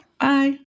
Bye